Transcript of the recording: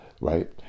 Right